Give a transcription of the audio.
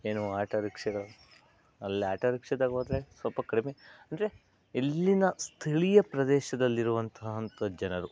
ಏನು ಆಟೋ ರಿಕ್ಷಾಗಳು ಅಲ್ಲಿ ಆಟೋ ರಿಕ್ಷದಾಗ ಹೋದ್ರೆ ಸ್ವಲ್ಪ ಕಡಿಮೆ ಅಂದರೆ ಇಲ್ಲಿನ ಸ್ಥಳೀಯ ಪ್ರದೇಶದಲ್ಲಿರುವಂತಹ ಅಂಥ ಜನರು